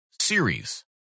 series